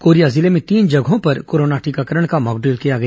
Korea जिले में तीन जगहों पर कोरोना टीकाकरण का मॉकड्रिल किया गया